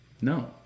No